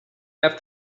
half